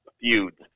feuds